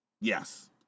Yes